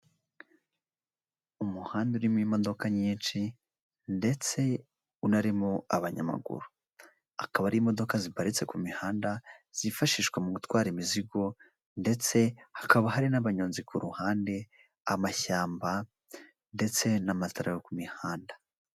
Umuhanda urimo imodoka nyinshi ndetse unarimo abanyamaguru, akaba ari imodoka ziparitse ku mihanda zifashishwa mu gutwara imizigo ndetse hakaba hari n'abanyonzi ku ruhande amashyamba ndetse n'amatara ku mihanda.